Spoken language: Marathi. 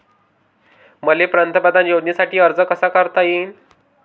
मले पंतप्रधान योजनेसाठी अर्ज कसा कसा करता येईन?